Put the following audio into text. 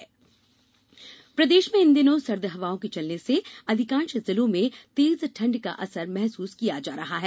मौसम प्रदेश में इन दिनों सर्द हवाओं के चलने से अधिकांश जिलों में तेज ठंड का असर महसूस किया जा रहा है